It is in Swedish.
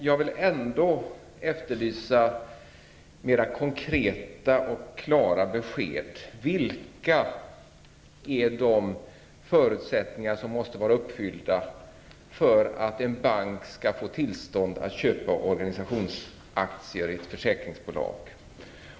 Jag vill emellertid efterlysa mera konkreta och klara besked: Vilka är de förutsättningar som måste vara uppfyllda för att en bank skall få tillstånd att köpa organisationsaktier i ett försäkringsbolag?